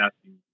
asking